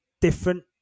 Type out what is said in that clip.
different